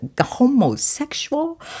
homosexual